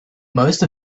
most